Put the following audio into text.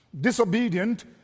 disobedient